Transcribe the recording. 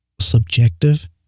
subjective